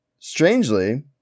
strangely